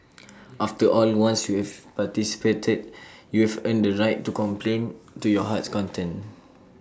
after all once you've participated you've earned the right to complain to your heart's content